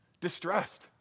Distressed